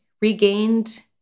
regained